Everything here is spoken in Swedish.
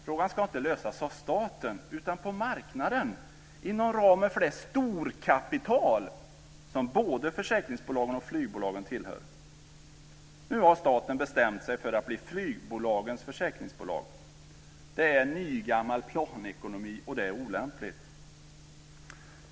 Frågan ska inte lösas av staten, utan på marknaden, inom ramen för det storkapital som både försäkringsbolagen och flygbolagen tillhör. Nu har staten bestämt sig för att bli flygbolagens försäkringsbolag. Det är nygammal planekonomi och det är olämpligt.